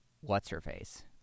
what's-her-face